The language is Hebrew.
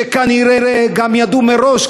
שכנראה גם ידעו מראש,